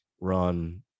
run